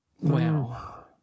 Wow